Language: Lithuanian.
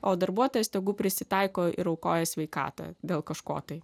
o darbuotojas tegu prisitaiko ir aukoja sveikatą dėl kažko tai